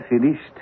finished